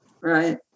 Right